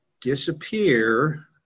disappear